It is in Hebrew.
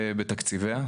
בתקציביה.